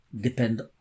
depend